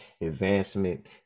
advancement